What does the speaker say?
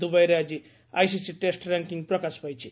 ଦୁବାଇରେ ଆକି ICC test ranking ପ୍ରକାଶ ପାଇଛି